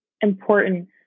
important